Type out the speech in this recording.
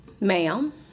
Ma'am